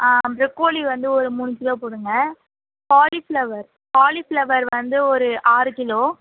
on broccoli வந்து ஒரு மூணு கிலோ போடுங்க காலிஃபிளவர் காலிஃபிளவர் வந்து ஒரு ஆறு கிலோ